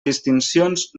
distincions